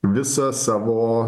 visą savo